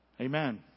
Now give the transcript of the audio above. Amen